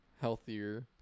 healthier